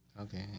Okay